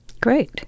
great